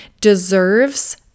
deserves